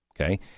Okay